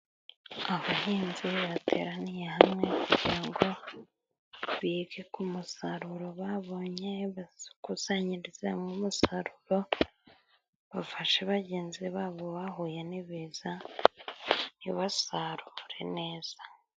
Abahinzi bateraniye hamwe, kugira ngo bige ku musaruro babonye, bakusanyirize hamwe umusaruro, bafashe bagenzi babo bahuye n'ibiza ntibasarure neza.